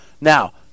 Now